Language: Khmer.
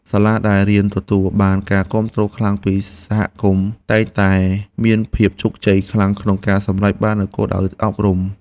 សាលារៀនដែលទទួលបានការគាំទ្រខ្លាំងពីសហគមន៍តែងតែមានភាពជោគជ័យខ្លាំងក្នុងការសម្រេចបាននូវគោលដៅអប់រំ។